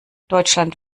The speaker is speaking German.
deutschland